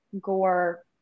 gore